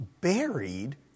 buried